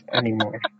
anymore